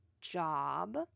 job